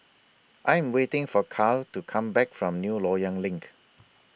I Am waiting For Kyle to Come Back from New Loyang LINK